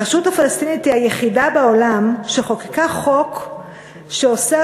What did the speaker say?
הרשות הפלסטינית היא היחידה בעולם שחוקקה חוק שאוסר